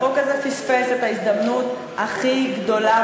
החוק הזה פספס את ההזדמנות הכי גדולה.